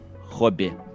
hobby